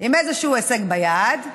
עם איזשהו הישג ביד,